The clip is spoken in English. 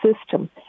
system